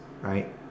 right